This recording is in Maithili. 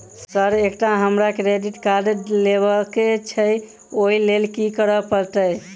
सर एकटा हमरा क्रेडिट कार्ड लेबकै छैय ओई लैल की करऽ परतै?